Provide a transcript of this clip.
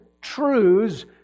truths